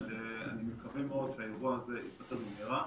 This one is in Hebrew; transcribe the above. אני מקווה מאוד שהאירוע הזה ייפתר במהרה.